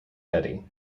eddie